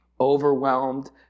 Overwhelmed